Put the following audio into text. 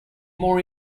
more